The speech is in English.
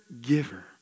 giver